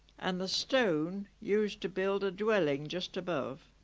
and the stone used to build a dwelling just above